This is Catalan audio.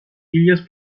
illes